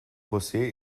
josé